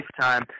lifetime